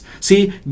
See